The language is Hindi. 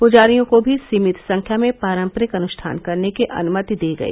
पुजारियों को भी सीमित संख्या में पारंपरिक अनुष्ठान करने की अनुमति दी गई